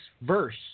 verse